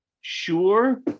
Sure